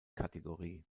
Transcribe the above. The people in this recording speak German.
kategorie